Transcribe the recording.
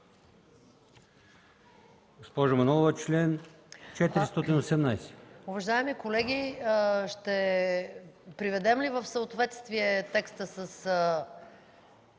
Госпожо Манолова, чл. 417.